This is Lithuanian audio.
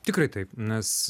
tikrai taip nes